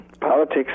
politics